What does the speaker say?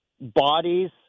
bodies